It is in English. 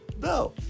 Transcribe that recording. No